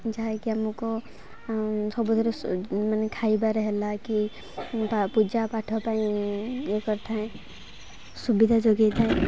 ଯାହାକି ଆମକୁ ସବୁଥିରେ ମାନେ ଖାଇବାରେ ହେଲା କି ପୂଜା ପାଠ ପାଇଁ ଇଏ କରିଥାଏ ସୁବିଧା ଯୋଗାଇଥାଏ